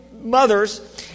Mothers